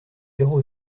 zéro